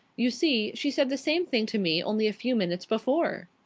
you see, she said the same thing to me only a few minutes before.